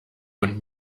und